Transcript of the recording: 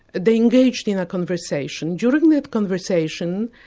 they engaged in a conversation. during that conversation,